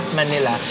Manila